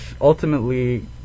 ultimately